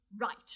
Right